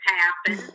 happen